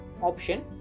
option